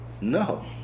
No